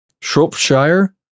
Shropshire